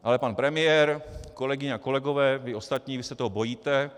Ale pan premiér, kolegyně a kolegové, vy ostatní, vy se toho bojíte!